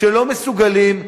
שלא מסוגלים,